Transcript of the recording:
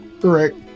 Correct